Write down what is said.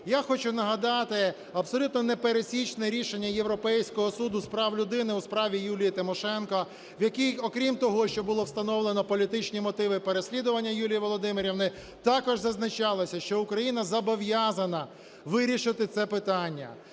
Я хочу нагадати абсолютно непересічне рішення Європейського суду з прав людини у справі Юлії Тимошенко, в якій, окрім того, що було встановлено політичні мотиви переслідування Юлії Володимирівни, також зазначалося, що Україна зобов'язана вирішити це питання.